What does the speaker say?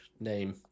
name